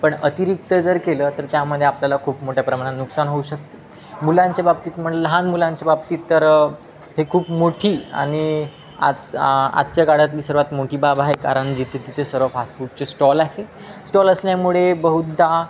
पण अतिरिक्त जर केलं तर त्यामध्ये आपल्याला खूप मोठ्या प्रमाणात नुकसान होऊ शकते मुलांच्या बाबतीत म्हण लहान मुलांच्या बाबतीत तर हे खूप मोठी आणि आज आजच्या काळातली सर्वात मोठी बाब आहे कारण जिथे तिथे सर्व फास फूडचे स्टॉल आहे स्टॉल असल्यामुळे बहुदा